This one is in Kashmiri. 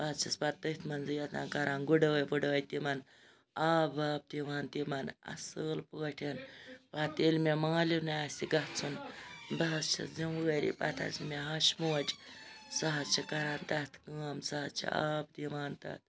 بہٕ حظ چھَس پَتہٕ تٔتھ مَنٛزٕے آسان کَران گُڑٲے وُڑٲے تِمَن آب واب دِوان تِمَن اصل پٲٹھۍ پَتہٕ ییٚلہِ مےٚ مالیُن آسہِ گَژھُن بہٕ حظ چھَس زِموٲری پَتہٕ حظ چھِ مےٚ ہَش موج سۄ حظ چھِ کران تَتھ کٲم سۄ حظ چھِ آب دِوان تَتھ